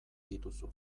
dituzu